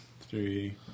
Three